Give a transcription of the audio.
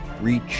reach